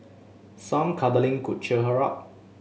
some cuddling could cheer her up